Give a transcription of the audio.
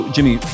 Jimmy